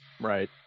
Right